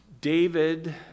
David